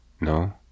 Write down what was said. No